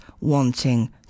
wanting